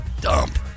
dump